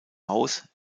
aus